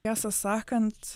tiesą sakant